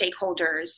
stakeholders